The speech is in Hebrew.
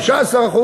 15%,